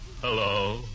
Hello